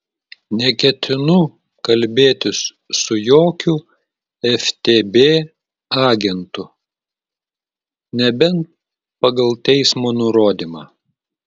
neketinu kalbėtis su jokiu ftb agentu nebent pagal teismo nurodymą